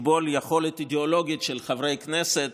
לכבול יכולת אידיאולוגית של חברי כנסת,